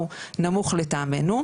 הוא נמוך לטעמנו,